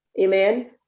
amen